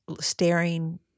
staring